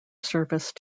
service